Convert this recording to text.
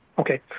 Okay